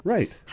Right